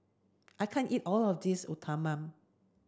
I can't eat all of this Uthapam